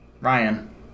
Ryan